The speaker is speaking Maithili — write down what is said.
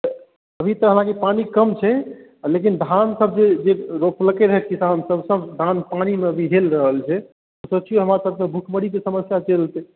अभी तऽ अहाँके पानि कम छै लेकिन धान सभ जे रोपलकैया किसान सभ सभ धान पानि मे अभी झेल रहल छै सोचियौ हमर सभके